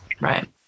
Right